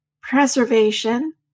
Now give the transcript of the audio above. preservation